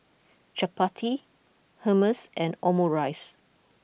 Chapati Hummus and Omurice